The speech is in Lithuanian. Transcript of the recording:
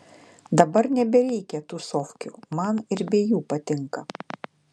dabar nebereikia tūsovkių man ir be jų patinka